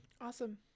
Awesome